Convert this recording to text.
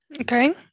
Okay